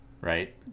Right